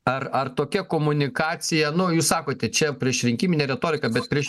ar ar tokia komunikacija nu jūs sakote čia priešrinkiminė retorika bet prieš